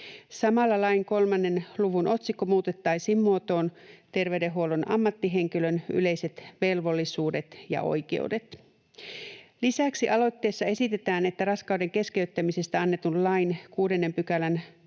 Samalla lain 3 luvun otsikko muutettaisiin muotoon ”Terveydenhuollon ammattihenkilön yleiset velvollisuudet ja oikeudet”. Lisäksi aloitteessa esitetään, että raskauden keskeyttämisestä annetun lain 6 §:n